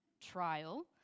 trial